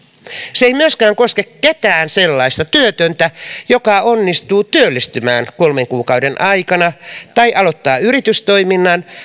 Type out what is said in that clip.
se ei myöskään koske ketään sellaista työtöntä joka onnistuu työllistymään kolmen kuukauden aikana tai aloittaa yritystoiminnan